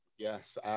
Yes